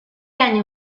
año